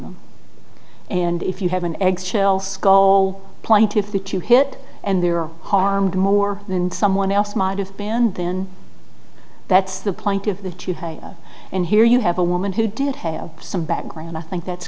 them and if you have an eggshell skull plaintiffs the two hit and they were harmed more than someone else might have banned then that's the point of that you have and here you have a woman who did have some background i think that's